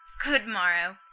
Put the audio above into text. good morrow,